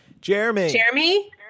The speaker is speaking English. Jeremy